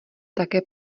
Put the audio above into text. také